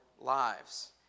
lives